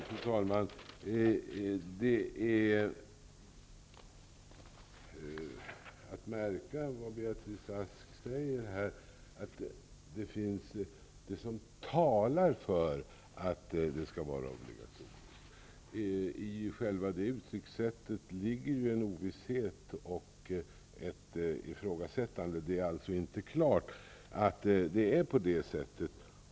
Fru talman! Märk väl vad Beatrice Aske säger, nämligen: Det som talar för att det skall vara obligatorium. I själva uttryckssättet ligger en ovisshet och ett ifrågasättande. Det är alltså inte klart att det är på det sättet.